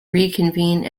reconvene